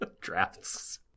Drafts